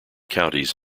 counties